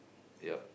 yup